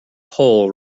pole